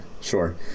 Sure